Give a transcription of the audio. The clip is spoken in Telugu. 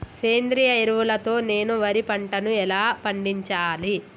సేంద్రీయ ఎరువుల తో నేను వరి పంటను ఎలా పండించాలి?